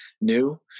new